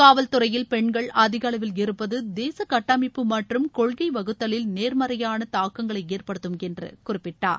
காவல்துறையில் பெண்கள் அதிக அளவில் இருப்பது தேச கட்டமைப்பு மற்றும் கொள்கை வகுத்தலில் நேர்மறையான தாக்கங்களை ஏற்படுத்தும் என்று குறிப்பிட்டார்